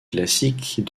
classique